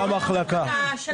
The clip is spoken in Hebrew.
מהמחלקה.